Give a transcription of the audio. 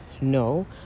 no